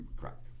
Correct